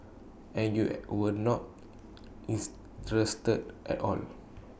and you were not interested at all